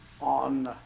on